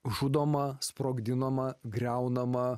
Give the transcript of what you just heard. žudoma sprogdinama griaunama